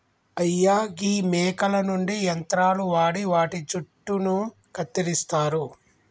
అయ్యా గీ మేకల నుండి యంత్రాలు వాడి వాటి జుట్టును కత్తిరిస్తారు